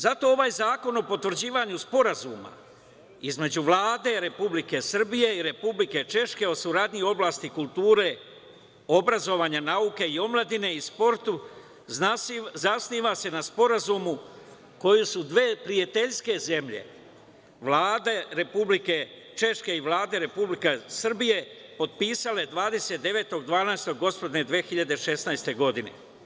Zato ovaj Zakon o potvrđivanju Sporazuma između Vlade Republike Srbije i Republičke Češke o saradnji u oblasti kulture, obrazovanja, nauke i omladine i sportu zasniva se na Sporazumu koji su dve prijateljske zemlje, Vlade Republičke Češke i Vlade Republike Srbije potpisale 29.12.2016. gospodnje godine.